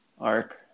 arc